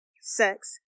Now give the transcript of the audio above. sex